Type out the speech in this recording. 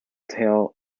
tail